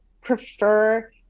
prefer